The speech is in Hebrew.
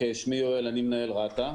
אני מנהל רת"ע.